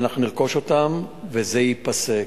אנחנו נרכוש אותם וזה ייפסק.